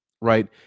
right